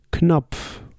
Knopf